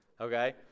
Okay